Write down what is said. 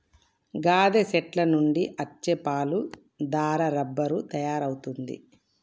గాదె సెట్ల నుండి అచ్చే పాలు దారా రబ్బరు తయారవుతుంది